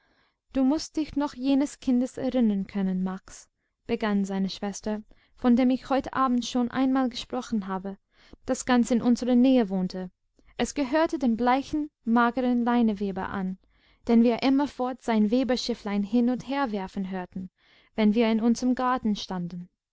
du mußt dich noch jenes kindes erinnern können max begann seine schwester von dem ich heut abend schon einmal gesprochen habe das ganz in unserer nähe wohnte es gehörte dem bleichen mageren leineweber an den wir immerfort sein weberschifflein hin und herwerfen hörten wenn wir in unserem garten standen